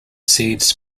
seeds